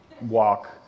walk